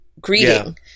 greeting